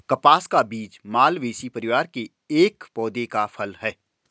कपास का बीज मालवेसी परिवार के एक पौधे का फल है